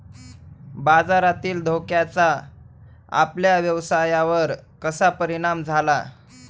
बाजारातील धोक्याचा आपल्या व्यवसायावर कसा परिणाम झाला?